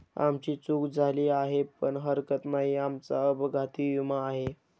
आमची चूक झाली आहे पण हरकत नाही, आमचा अपघाती विमा आहे